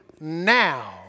now